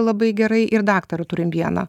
labai gerai ir daktarą turim vieną